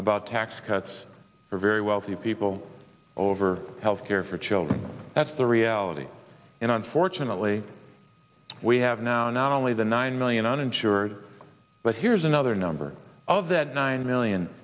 about tax cuts for very wealthy people over health care for children that's the reality and unfortunately we have now not only the nine million uninsured but here's another number of that nine million